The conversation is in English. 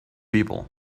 people